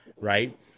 Right